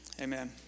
amen